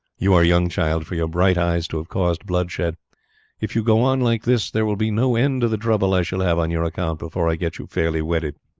you are young, child, for your bright eyes to have caused bloodshed if you go on like this there will be no end to the trouble i shall have on your account before i get you fairly wedded.